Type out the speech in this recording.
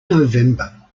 november